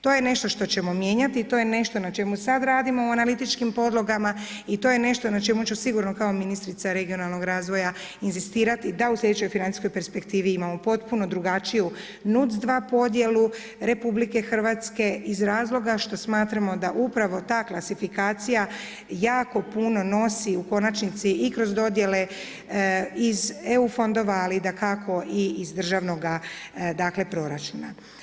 To je nešto što ćemo mijenjati, to je nešto na čemu sad radimo u analitičkim podlogama i to je nešto na čemu ću sigurno kao ministrica regionalnog razvoja inzistirati da u slijedećoj financijskoj perspektivi imamo potpuno drugačiju NUC2 podjelu Republike Hrvatske iz razloga što smatramo da upravo ta klasifikacija jako puno nosi u konačnici i kroz dodjele iz EU fondova ali dakako i iz državnoga dakle proračuna.